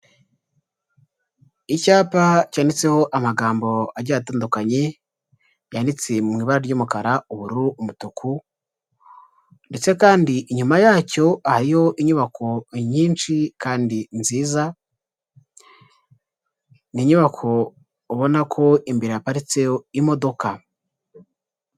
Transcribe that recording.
Icyapa cyanditseho amagambo agiye atandukanye, yanditse mu ibara ry'umukara, ubururu, umutuku, ndetse kandi inyuma yacyo hariyo inyubako nyinshi kandi nziza, ni inyubako ubona ko imbere haparitseyo imodoka.